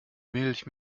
milch